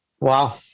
Wow